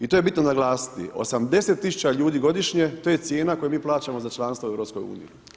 I to je bitno naglasiti 80 tisuća ljudi godišnje, to je cijena koju mi plaćamo za članstvo u EU.